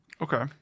Okay